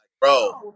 bro